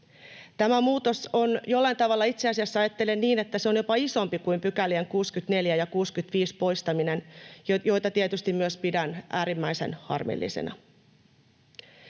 Tämä muutos on jollain tavalla, itse asiassa ajattelen niin, jopa isompi kuin 64 ja 65 §:ien poistaminen, mitä tietysti myös pidän äärimmäisen harmillisena.